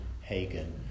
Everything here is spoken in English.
Hagen